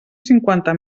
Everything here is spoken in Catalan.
cinquanta